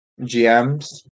GMs